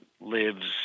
lives